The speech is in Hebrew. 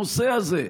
הנושא הזה,